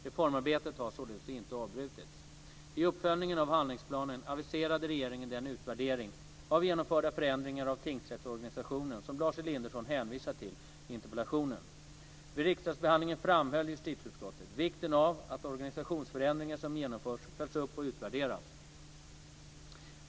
Reformarbetet har således inte avbrutits. I uppföljningen av handlingsplanen aviserade regeringen den utvärdering av genomförda förändringar av tingsrättsorganisationen som Lars Elinderson hänvisar till i interpellationen. Vid riksdagsbehandlingen framhöll justitieutskottet vikten av att organisationsförändringar som genomförs följs upp och utvärderas.